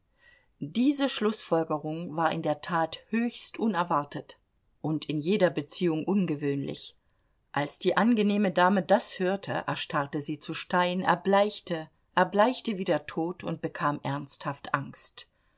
diese schlußfolgerung war in der tat höchst unerwartet und in jeder beziehung ungewöhnlich als die angenehme dame das hörte erstarrte sie zu stein erbleichte erbleichte wie der tod und bekam ernsthaft angst